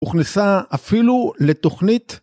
‫הוכנסה אפילו לתוכנית.